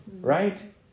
right